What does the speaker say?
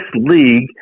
league